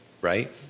right